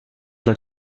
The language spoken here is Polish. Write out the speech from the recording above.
dla